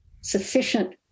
sufficient